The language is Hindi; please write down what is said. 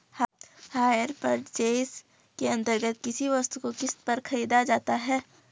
हायर पर्चेज के अंतर्गत किसी वस्तु को किस्त पर खरीदा जाता है